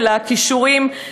של הכישורים?